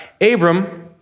Abram